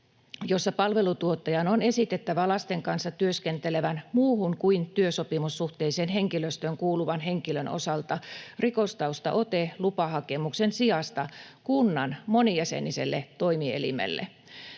jossa palvelutuottajan on esitettävä lasten kanssa työskentelevän, muuhun kuin työsopimussuhteiseen henkilöstöön kuuluvan henkilön osalta lupahakemuksen sijasta rikostaustaote kunnan monijäseniselle toimielimelle.